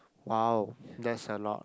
!wow! that's a lot